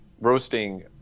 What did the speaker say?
roasting